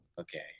Okay